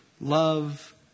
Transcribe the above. Love